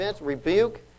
rebuke